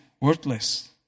worthless